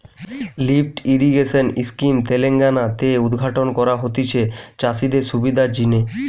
lift irrigation scheme Telangana তে উদ্ঘাটন করা হতিছে চাষিদের সুবিধার জিনে